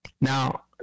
Now